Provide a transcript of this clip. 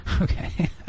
Okay